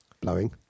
blowing